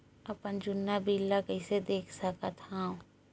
अपन जुन्ना बिल ला कइसे देख सकत हाव?